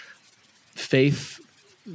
faith